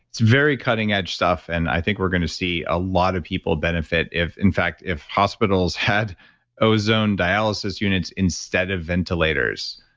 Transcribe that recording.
it's very cutting edge stuff, and i think we're going to see a lot of people benefit. in fact, if hospitals had ozone dialysis units, instead of ventilators.